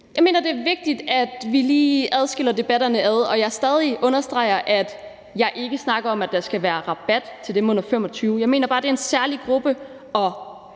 Jeg mener, det er vigtigt, at vi lige adskiller debatterne, og jeg understreger stadig, at jeg ikke snakker om, at der skal være rabat til dem under 25 år. Jeg mener bare lige, det er en særlig gruppe,